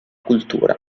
cultura